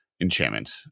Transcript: enchantment